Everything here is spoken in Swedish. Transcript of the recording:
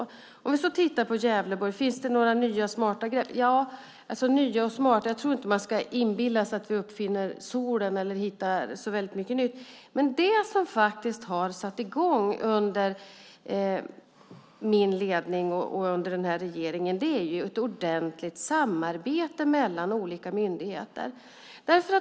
Om vi tittar på Gävleborg, finns där några nya smarta grepp? Jag tror inte att man ska inbilla sig att vi uppfinner solen eller hittar så väldigt mycket nytt. Men det som har satts i gång under min ledning och under den här regeringen är ett ordentligt samarbete mellan olika myndigheter.